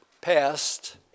passed